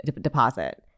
deposit